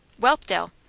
Welpdale